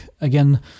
Again